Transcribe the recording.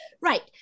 Right